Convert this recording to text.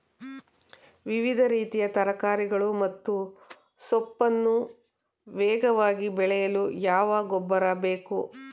ವಿವಿಧ ರೀತಿಯ ತರಕಾರಿಗಳು ಮತ್ತು ಸೊಪ್ಪನ್ನು ವೇಗವಾಗಿ ಬೆಳೆಯಲು ಯಾವ ಗೊಬ್ಬರ ಬೇಕು?